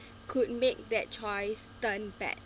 could make that choice turn back